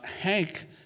Hank